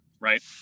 Right